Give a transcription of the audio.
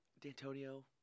D'Antonio